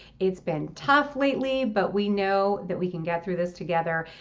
it's been tough lately, but we know that we can get through this together.